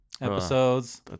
episodes